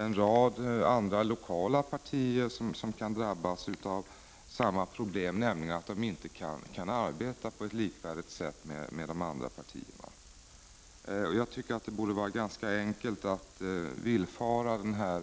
En rad lokala partier kan drabbas av samma problem, nämligen att de inte kan arbeta på samma sätt som andra partier. Jag tycker att det borde vara ganska enkelt att villfara